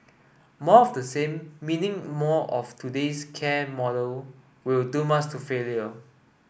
more of the same meaning more of today's care model will doom us to failure